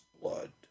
blood